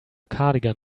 cardigan